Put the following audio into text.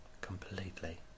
completely